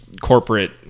corporate